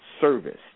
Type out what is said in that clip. service